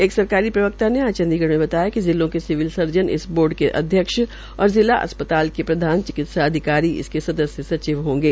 एक सरकारी प्रवकता ने आज चंडीगढ़ मे बताया कि जिलों के सिविल सर्जन इस बोर्ड के अध्यक्ष और जिला अस्पताल के प्रधान चिकित्सा अधिकारी इसके सदस्य होंगे